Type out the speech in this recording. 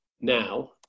now